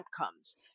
outcomes